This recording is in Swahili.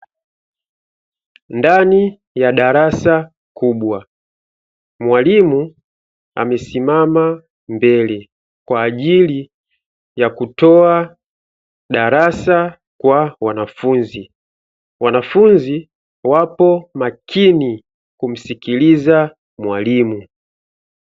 Ndani ya darasa kubwa mwalimu akisimama mbele kwa ajili ya kutoa darasa kwa wanafunzi. Wanafunzi wapo makini kumsikiliza mwalimu.